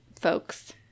folks